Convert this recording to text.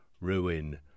ruin